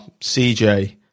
CJ